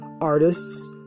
artists